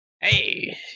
Hey